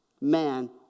man